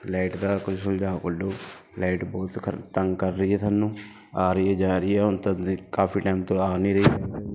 light ਦਾ ਕੋਈ ਸੁਲਝਾਓ ਕੱਢੋ ਲਾਈਟ ਬਹੁਤ ਖਰ ਤੰਗ ਕਰ ਰਹੀ ਹੈ ਸਾਨੂੰ ਆ ਰਹੀ ਹੈ ਜਾ ਰਹੀ ਹੈ ਹੁਣ ਤਾਂ ਤੁਸੀਂ ਕਾਫ਼ੀ ਟੈਮ ਤੋਂ ਆ ਨਹੀਂ ਰਹੀ